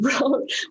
wrote